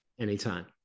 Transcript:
Anytime